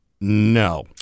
No